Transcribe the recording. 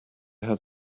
had